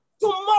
tomorrow